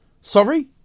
Sorry